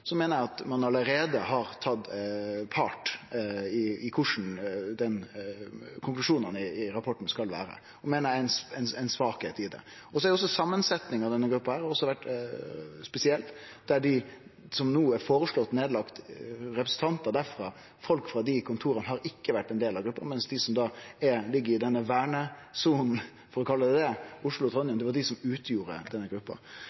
så meiner eg at ein allereie har tatt part i korleis konklusjonane i rapporten skal vere. Det meiner eg er ein svakheit i det. Samansettinga av denne gruppa har òg vore spesiell: Folk frå dei kontora som no er foreslått nedlagde, representantar derifrå, har ikkje vore ein del av gruppa, mens dei som ligg i denne «vernesona» – for å kalle ho det – Oslo og Trondheim, var dei som utgjorde denne gruppa.